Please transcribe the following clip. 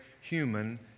human